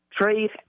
trade